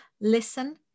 listen